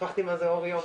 שכחתי מה זה אור יום.